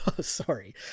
sorry